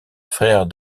frère